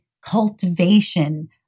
cultivation